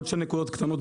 עוד שתי נקודות קטנות,